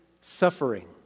suffering